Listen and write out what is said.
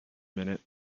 minute